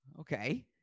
Okay